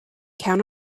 count